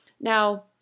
Now